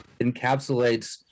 encapsulates –